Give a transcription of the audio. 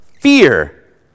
fear